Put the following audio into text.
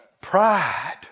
Pride